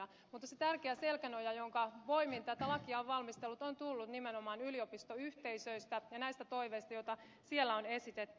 mutta se tärkeä selkänoja jonka voimin tätä lakia on valmisteltu on tullut nimenomaan yliopistoyhteisöistä ja näistä toiveista joita siellä on esitetty